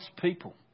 people